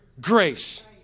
grace